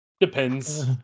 Depends